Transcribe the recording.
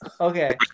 Okay